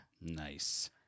Nice